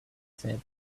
said